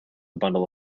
bundle